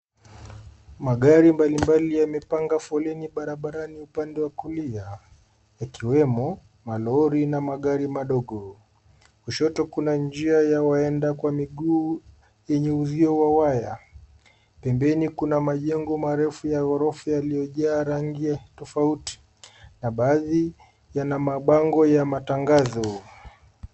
Magari mbalimbali yamepanga foleni barabarani upande wa kulia yakiwemo malori na magari madogo. Kushoto kuna njia ya waenda kwa miguu yenye uzio wa waya. Pembeni kuna majengo marefu ya gorofa yaliyojaa rangi tofauti na baadhi yana mabango ya matangazo.